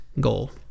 goal